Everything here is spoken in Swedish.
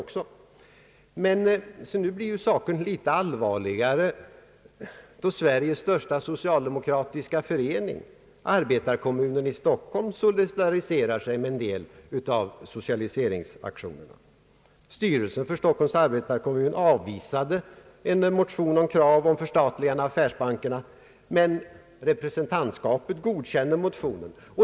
Saken blir emelletrid litet allvarligare, då Sveriges största socialdemokratiska förening — arbetarekommunen i Stockholm — solidariserar sig med en del av socialiseringsaktionen. Styrelsen för Stockholms arbetarekommun av visade en motion om krav på förstatligande av affärsbankerna, men representantskapet godkände motionen.